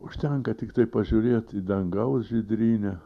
užtenka tiktai pažiūrėt į dangaus žydrynę